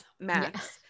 Max